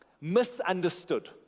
misunderstood